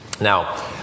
Now